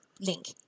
link